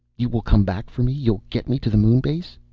you will come back for me? you'll get me to the moon base?